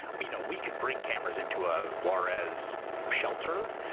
you know we can bring cameras into a juarez shelter,